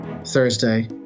Thursday